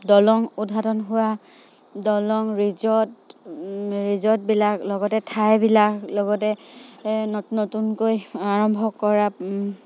দলং উদঘাটন হোৱা দলং ৰিজৰ্ট ৰিজৰ্টবিলাক লগতে ঠাইবিলাক লগতে নতুনকৈ আৰম্ভ কৰা